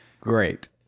Great